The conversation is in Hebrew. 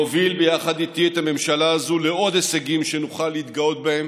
להוביל ביחד איתי את הממשלה הזאת לעוד הישגים שנוכל להתגאות בהם,